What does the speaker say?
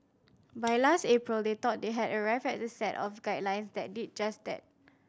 by last April they thought they had arrived at a set of guidelines that did just that